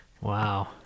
Wow